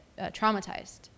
traumatized